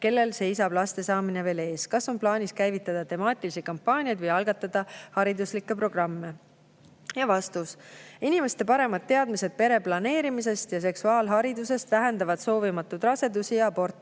kellel seisab laste saamine veel ees? Kas on plaanis käivitada temaatilisi kampaaniaid või algatada hariduslikke programme?" Ja vastus. Inimeste paremad teadmised pereplaneerimisest ja seksuaalharidusest vähendavad soovimatuid rasedusi ja aborte.